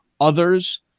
Others